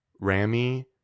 Rami